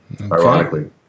ironically